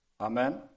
Amen